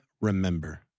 remember